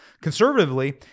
Conservatively